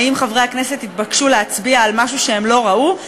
האם חברי הכנסת יתבקשו להצביע על משהו שהם לא ראו?